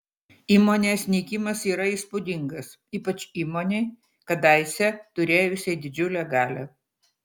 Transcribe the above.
įmonės nykimas yra įspūdingas ypač įmonei kadaise turėjusiai didžiulę galią